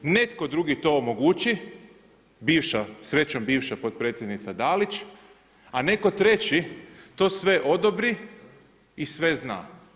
Netko drugi to omogući, srećom bivša potpredsjednica Dalić a netko treći to sve odobri i sve zna.